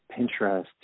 Pinterest